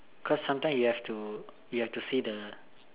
cause sometime you have to you have to see the